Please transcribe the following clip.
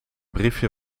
briefje